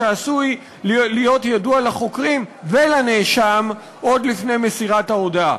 שעשוי להיות ידוע לחוקרים ולנאשם עוד לפני מסירת ההודאה.